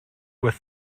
with